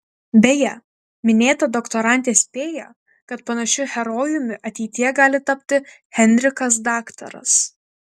beje minėta doktorantė spėja kad panašiu herojumi ateityje gali tapti henrikas daktaras